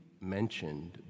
mentioned